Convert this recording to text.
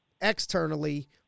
externally